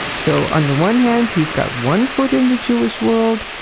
so on the one hand he's got one foot in the jewish world,